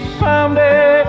someday